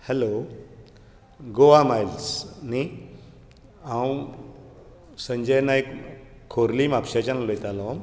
hello Goa miles न्ही हांव संजय नायक खोर्ली म्हापशेंच्यान उलयतालों